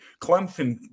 Clemson